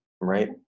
right